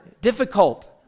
difficult